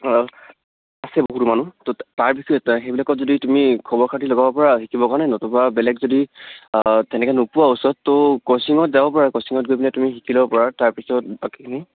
আছে বহুতো মানুহ তো তাৰ বিষয়ে সেইবিলাকত যদি তুমি খবৰ খাতি ল'ব পাৰা শিকিবৰ কাৰণে নতুবা বেলেগ যদি তেনেকৈ নোপোৱাও ওচৰত তো কোচিঙত যাব পাৰা কোচিঙত গৈ পেলাই তুমি শিকি ল'ব পাৰা তাৰপিছত বাকীখিনি